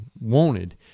wanted